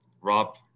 Rob